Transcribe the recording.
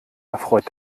erfreut